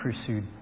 pursued